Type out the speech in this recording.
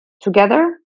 together